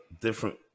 different